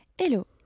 Hello